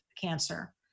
cancer